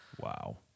Wow